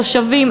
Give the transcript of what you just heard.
תושבים,